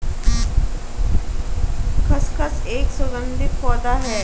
खसखस एक सुगंधित पौधा है